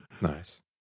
nice